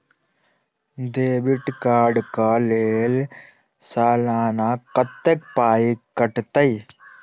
Debit card कऽ लेल सलाना कत्तेक पाई कटतै?